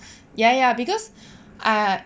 ya ya because I